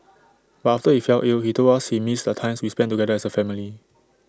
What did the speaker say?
but after he fell ill he told us he missed the times we spent together as A family